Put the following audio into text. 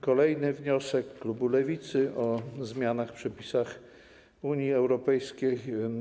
Kolejny wniosek, klubu Lewicy, o zmianach w przepisach Unii Europejskiej.